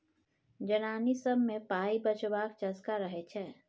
जनानी सब मे पाइ बचेबाक चस्का रहय छै